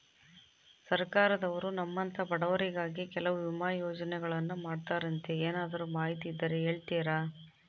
ಸರ್ಕಾರದವರು ನಮ್ಮಂಥ ಬಡವರಿಗಾಗಿ ಕೆಲವು ವಿಮಾ ಯೋಜನೆಗಳನ್ನ ಮಾಡ್ತಾರಂತೆ ಏನಾದರೂ ಮಾಹಿತಿ ಇದ್ದರೆ ಹೇಳ್ತೇರಾ?